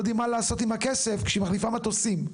יודעים מה לעשות עם הכסף כשהיא מחליפה מטוסים,